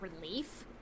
relief